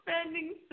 spending